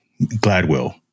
Gladwell